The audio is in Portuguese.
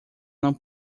não